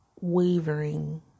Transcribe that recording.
wavering